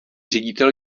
ředitel